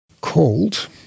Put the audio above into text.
called